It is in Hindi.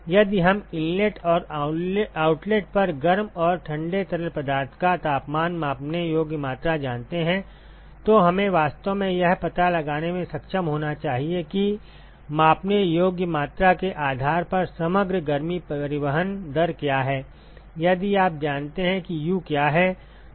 इसलिए यदि हम इनलेट और आउटलेट पर गर्म और ठंडे तरल पदार्थ का तापमान मापने योग्य मात्रा जानते हैं तो हमें वास्तव में यह पता लगाने में सक्षम होना चाहिए कि मापने योग्य मात्रा के आधार पर समग्र गर्मी परिवहन दर क्या है यदि आप जानते हैं कि U क्या है